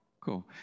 Cool